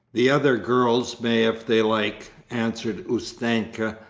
the other girls may if they like, answered ustenka,